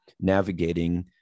navigating